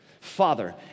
Father